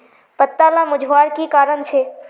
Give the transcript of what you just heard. पत्ताला मुरझ्वार की कारण छे?